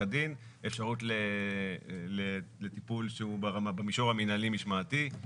כדין אפשרות לטיפול שהוא במישור המינהלי-משמעתי.